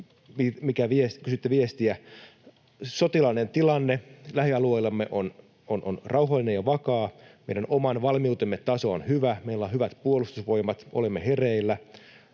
Sotilaallinen tilanne lähialueillamme on rauhallinen ja vakaa. Meidän oman valmiutemme taso on hyvä, meillä on hyvät puolustusvoimat. Olemme hereillä,